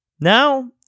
Now